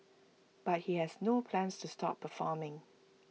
but he has no plans to stop performing